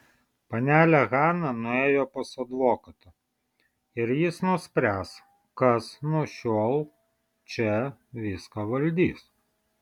panelė hana nuėjo pas advokatą ir jis nuspręs kas nuo šiol čia viską valdys